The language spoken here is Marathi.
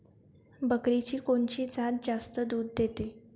बकरीची कोनची जात जास्त दूध देते?